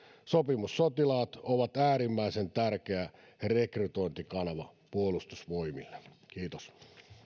sopimussotilaat ovat äärimmäisen tärkeä rekrytointikanava puolustusvoimille kiitos